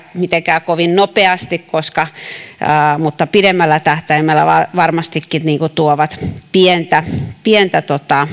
mitenkään kovin nopeasti pidemmällä tähtäimellä varmastikin tuovat pientä pientä